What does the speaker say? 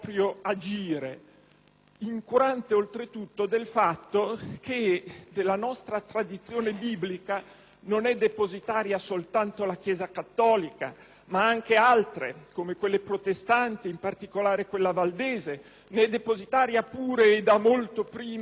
incurante, oltretutto, del fatto che della nostra tradizione biblica non è depositaria soltanto la chiesa cattolica, ma anche altre, come quelle protestanti e in particolare quella valdese; ne è depositaria pure, e da molto prima, la comunità ebraica.